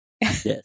Yes